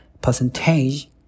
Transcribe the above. percentage